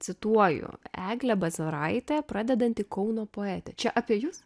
cituoju eglė bazaraitė pradedanti kauno poetė čia apie jus